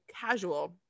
Casual